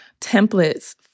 templates